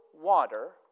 water